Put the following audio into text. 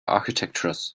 architectures